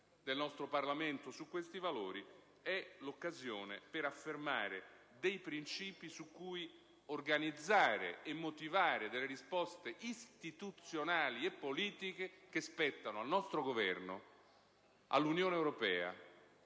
del nostro Parlamento su questi valori, ma è l'occasione per affermare dei principi su cui organizzare e motivare risposte istituzionali e politiche che spettano al nostro Governo, all'Unione europea